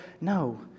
No